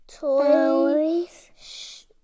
toys